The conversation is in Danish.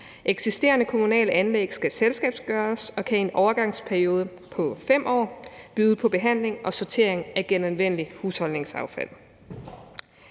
Eksisterende kommunale anlæg skal selskabsgøres og kan i en overgangsperiode på 5 år byde på behandling og sortering af genanvendeligt husholdningsaffald.